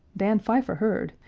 dan pfeiffer heard,